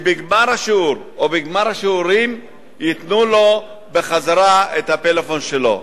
ובגמר השיעור או בגמר השיעורים ייתנו לו חזרה את הפלאפון שלו.